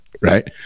right